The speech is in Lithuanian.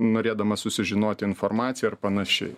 norėdamas susižinoti informaciją ar panašiai